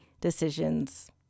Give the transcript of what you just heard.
decisions